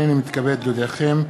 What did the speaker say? הנני מתכבד להודיעכם,